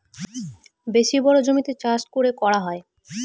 বেশি বড়ো জমিতে চাষ করে করা হয়